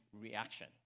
reaction